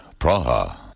Praha